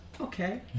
Okay